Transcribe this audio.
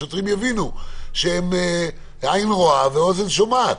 השוטרים יבינו שהעין רואה והאוזן שומעת.